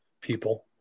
people